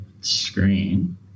screen